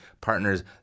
partner's